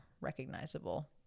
recognizable